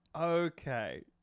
okay